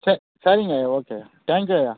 சரி சரிங்க ஐயா ஓகே ஐயா தேங்க் யூ ஐயா